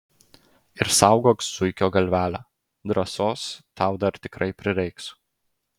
ir saugok zuikio galvelę drąsos tau dar tikrai prireiks